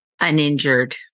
uninjured